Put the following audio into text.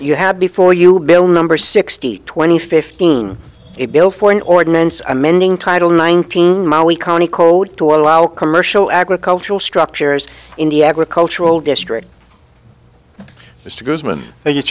you have before you bill number sixty twenty fifteen a bill for an ordinance amending title nineteen maui county code to allow commercial agricultural structures in the agricultural district